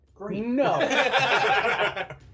No